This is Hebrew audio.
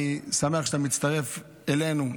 אני שמח שאתה מצטרף אלינו,